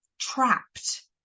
trapped